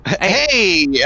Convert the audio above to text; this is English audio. Hey